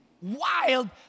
wild